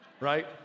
right